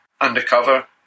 undercover